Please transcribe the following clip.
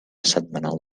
setmanal